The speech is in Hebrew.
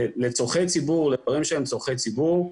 לדברים שהם לצורכי ציבור,